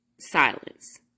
Silence